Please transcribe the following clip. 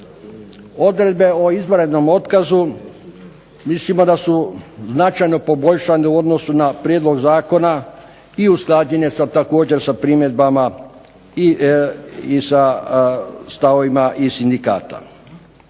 Odredbe o izvanrednom otkazu mislimo da su značajno poboljšane u odnosu na prijedlog zakona i usklađen je također sa primjedbama i stavovima sindikata